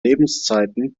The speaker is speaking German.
lebzeiten